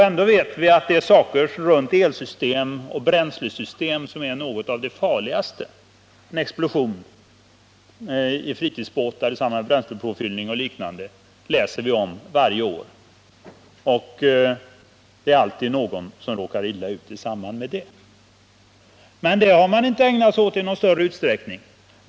Ändå vet vi att elsystem och bränslesystem är de farligaste delarna på en båt. Explosioner i fritidsbåtar i samband med bränslepåfyllning och liknande läser vi om i tidningarna varje år. Det är alltid någon som råkar illa ut i det sammanhanget. Men detta har man inte ägnat sig åt i någon större utsträckning.